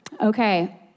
Okay